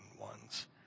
ones